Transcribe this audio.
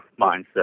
mindset